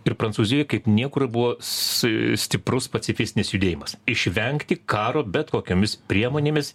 ir prancūzijoj kaip niekur buvo si stiprus pacifistinis judėjimas išvengti karo bet kokiomis priemonėmis